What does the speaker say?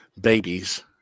babies